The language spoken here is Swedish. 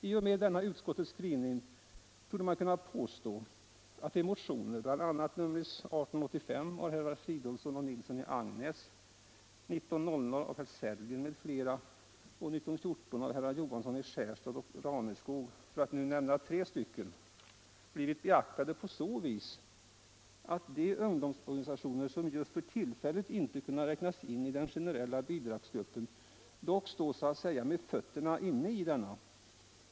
I och med denna utskottets skrivning torde man kunna påstå att motionerna 1885 av herrar Fridolfsson och Nilsson i Agnäs, 1900 av herr Sellgren m.fl. och 1914 av herrar Johansson i Skärstad och Raneskog —- för att nu nämna tre stycken — blivit beaktade på så vis att de ungdomsorganisationer som just för tillfället inte kan räknas in i den generella bidragsgruppen dock står så att säga med fötterna inne i denna.